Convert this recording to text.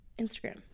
Instagram